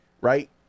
Right